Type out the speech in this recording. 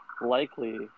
likely